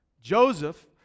joseph